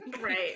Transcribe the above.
right